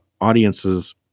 audiences